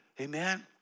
Amen